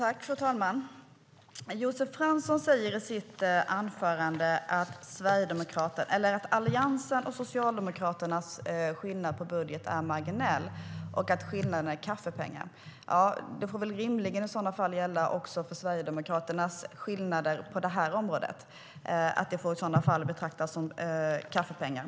Fru talman! Josef Fransson säger i sitt anförande att skillnaden mellan Alliansens och Socialdemokraternas budget är marginell och att det bara är fråga om kaffepengar. Det får rimligen gälla även skillnaderna i Sverigedemokraternas budget på detta område, alltså att det får betraktas som kaffepengar.